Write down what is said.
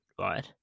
right